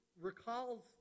recalls